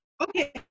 Okay